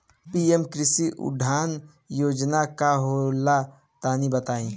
PM कृषि उड़ान योजना का होला तनि बताई?